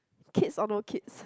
kids or no kids